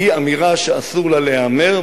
היא אמירה שאסור לה להיאמר,